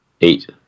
Eight